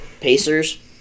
Pacers